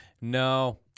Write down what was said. No